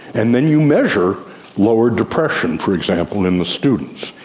and then you measure lower depression, for example, in the students.